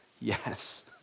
yes